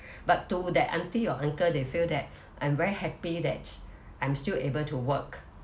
but to that aunty or uncle they feel that I'm very happy that I'm still able to work